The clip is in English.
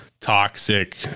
toxic